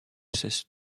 cesse